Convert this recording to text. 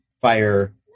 fire